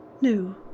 No